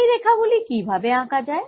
এই রেখা গুলি কি ভাবে আঁকা যায়